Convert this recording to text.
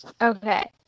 okay